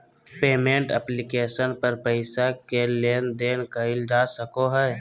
payment application पर पैसा के लेन देन कइल जा सको हइ